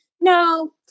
no